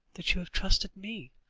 that you have trusted me.